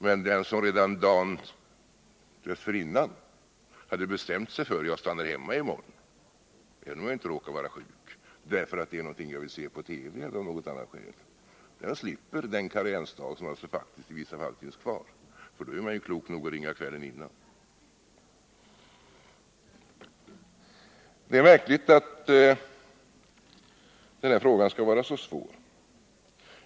Men den som redan dagen innan hade bestämt sig för att stanna hemma påföljande dag, även om han inte råkar vara sjuk men därför att han vill se på TV eller har något annat skäl, slipper den karensdag som alltså faktiskt i vissa fall finns kvar. Då är man ju klok nog att ringa kvällen innan. Det är märkligt att denna fråga skall vara så svår.